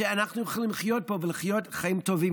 שאיתם אנחנו יכולים לחיות פה ולחיות חיים טובים?